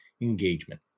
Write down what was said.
engagement